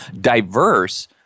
diverse